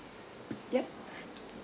yup